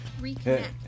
Reconnect